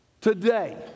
today